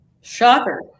Shocker